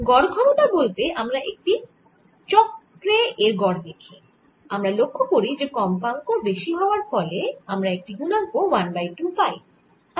গড় ক্ষমতা বলতে আমরা একটি চক্রে এর গড় দেখি আমরা লক্ষ্য করি যে কম্পাঙ্ক বেশি হওয়ার ফলে আমরা একটি গুণাঙ্ক 1 বাই 2 পাই